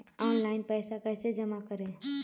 Online पैसा कैसे जमा करे?